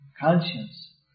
conscience